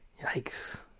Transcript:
Yikes